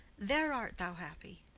there art thou happy.